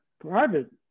private